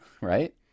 right